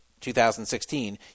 2016